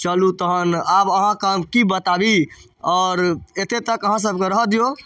चलू तहन आब अहाँके हम कि बताबी आओर एतेक तक अहाँसब रहऽ दिऔ